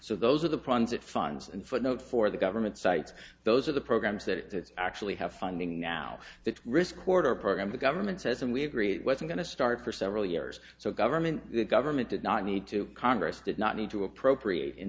so those are the problems that funds and footnote for the government sites those are the programs that actually have funding now that risk reporter program the government says and we agreed it was going to start for several years so government the government did not need to congress did not need to appropriate in